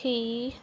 ਹੀ